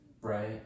right